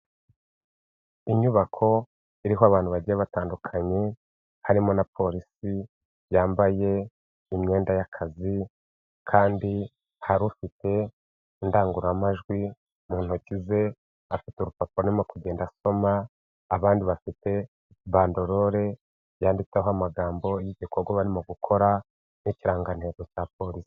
Inyubako iriho abantu bagiye batandukanye, harimo na Polisi yambaye imyenda y'akazi kandi hari ufite indangururamajwi mu ntoki ze, afite urupapuro arimo kugenda asoma, abandi bafite bandorore yanditseho amagambo y'igikorwa barimo gukora n'ikirangantego cya Polisi.